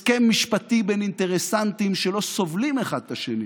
הסכם משפטי בין אינטרסנטים שלא סובלים אחד את השני